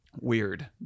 Weird